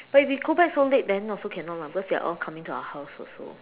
but if you go back so late then also cannot lah because they're all coming to our house also